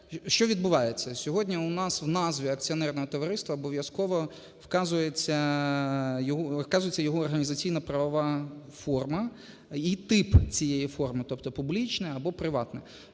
що відбувається? Сьогодні у нас в назві акціонерного товариства обов'язково вказується його організаційно-правова форма і тип цієї форми, тобто публічна або приватна.